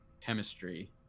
chemistry